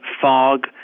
fog